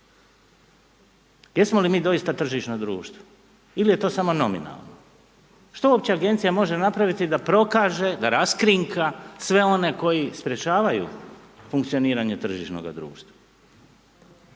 Jesmo li mi doista tržišno društvo ili je to samo nominalno? Što uopće agencija može napraviti da prokaže, da raskrinka sve one koji sprječavaju funkcioniranje tržišnoga društva?